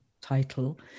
title